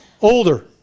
Older